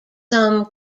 some